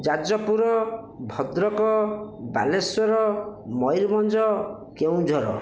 Jajpur Bhadrak Baleswar Mayurbhanj Keonjhar